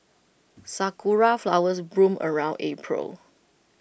Sakura Flowers bloom around April